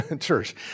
church